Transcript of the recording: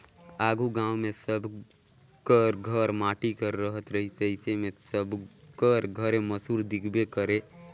आघु गाँव मे सब कर घर माटी कर रहत रहिस अइसे मे सबकर घरे मूसर दिखबे करे